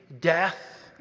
death